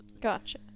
Gotcha